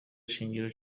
shingiro